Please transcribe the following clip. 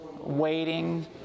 waiting